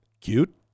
Cute